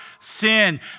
sin